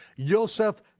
yoseph,